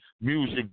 music